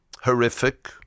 horrific